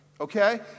Okay